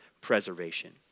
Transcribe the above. preservation